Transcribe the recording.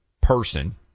person